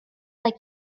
like